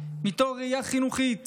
מתוך ראייה חינוכית